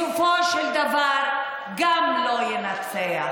בסופו של דבר גם הוא לא ינצח.